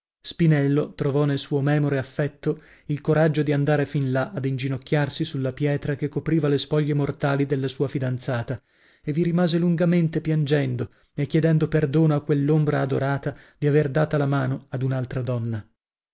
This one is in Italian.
spinello trovò nel suo memore affetto il coraggio di andare fin là ad inginocchiarsi sulla pietra che copriva le spoglie mortali della sua fidanzata e vi rimase lungamente piangendo e chiedendo perdono a quell'ombra adorata di aver data la mano ad un'altra donna